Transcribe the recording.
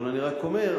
אבל אני רק אומר,